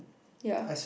ya